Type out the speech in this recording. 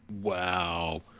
wow